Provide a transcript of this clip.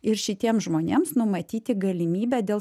ir šitiem žmonėms numatyti galimybę dėl